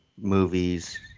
movies